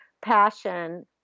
passion